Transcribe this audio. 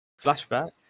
Flashback